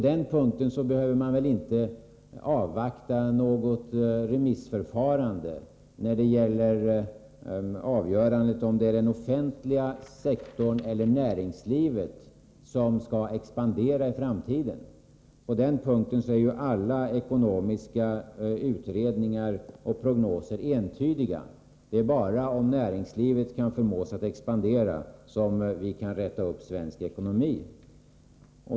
Man behöver väl inte avvakta något remissförfarande när det gäller avgörandet om det är den offentliga sektorn eller näringslivet som skall expandera i framtiden. På den punkten är ju alla ekonomiska utredningar och prognoser entydiga. Det är bara om näringslivet kan förmås att expandera som vi kan räta upp svensk ekonomi.